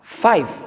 Five